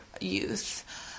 youth